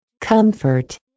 Comfort